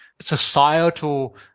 societal